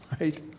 right